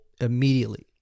immediately